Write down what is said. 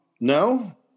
No